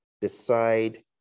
decide